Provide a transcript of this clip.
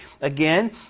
again